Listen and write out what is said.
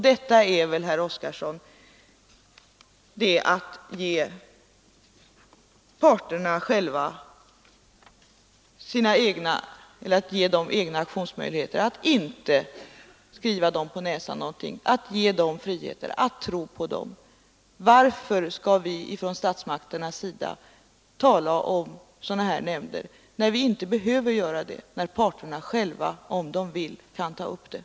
Detta är väl, herr Oskarson, att ge parterna egna aktionsmöjligheter, att ge dem frihet, att tro på dem. Varför skall vi från statsmakternas sida tala om inrättande av sådana här nämnder när vi inte behöver göra det, eftersom parterna själva om de vill kan ta upp saken?